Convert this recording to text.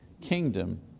kingdom